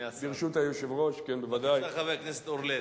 בבקשה, חבר הכנסת אורלב.